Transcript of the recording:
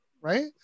right